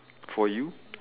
for you